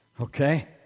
Okay